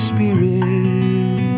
Spirit